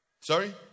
Sorry